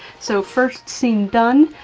so, first seam done.